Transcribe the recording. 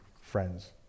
friends